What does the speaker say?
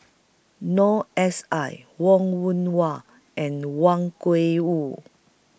Noor S I Wong Yoon Wah and Wang Gungwu